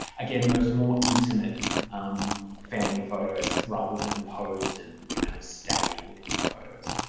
again those more intimate family photos rather than posed and kind of staid-looking photos.